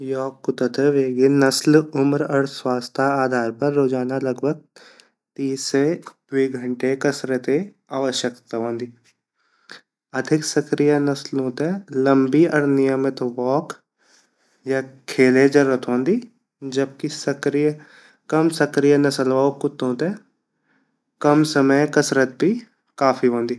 यॉक कुत्ता ते वेगि नेसल उम्र अर सवस्ता आधार पर रोजाना लगबग तीस मिनट से दो घंटे आवश्यकता वोन्दि अधिक सक्रिय नास्लु ते लम्बी अर नियमित वॉक या खेले ज़रूरत वोन्दि जबकि कम सक्रिय नेसल वाला कुत्तु ते कम समय कसरत भी काफी वोन्दि।